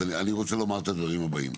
אבל אני רוצה לומר את הדברים הבאים.